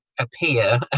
Appear